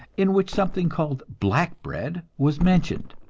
in which something called black bread was mentioned,